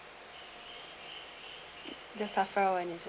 the safra one is